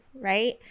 right